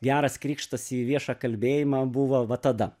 geras krikštas į viešą kalbėjimą buvo va tada